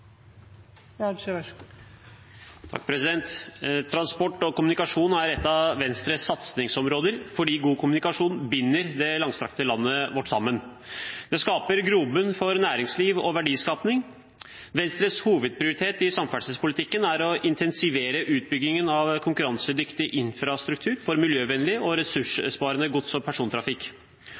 et av Venstres satsingsområder fordi god kommunikasjon binder det langstrakte landet vårt sammen. Det skaper grobunn for næringsliv og verdiskaping. Venstres hovedprioritet i samferdselspolitikken er å intensivere utbyggingen av konkurransedyktig infrastruktur for miljøvennlig og ressurssparende gods- og persontrafikk.